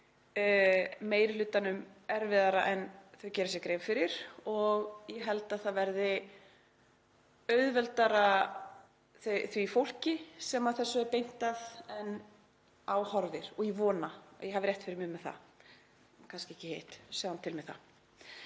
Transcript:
meiri hlutanum erfiðara en þau gera sér grein fyrir og ég held að það verði auðveldara því fólki sem þessu er beint að en á horfir og vona að ég hafi rétt fyrir mér með það, kannski ekki hitt, sjáum til með það.